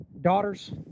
Daughters